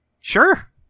Sure